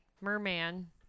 merman